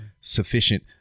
sufficient